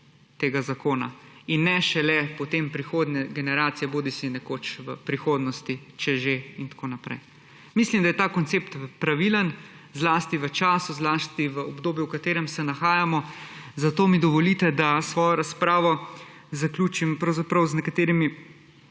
tega zakona in ne šele potem prihodnje generacije bodisi nekoč v prihodnosti, če že in tako naprej. Mislim, da je ta koncept pravilen zlasti v času, zlasti v obdobju, v katerem se nahajamo. Zato mi dovolite, da svojo razpravo zaključim pravzaprav z nekaterimi